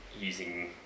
using